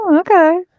Okay